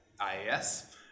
IAS